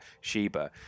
Sheba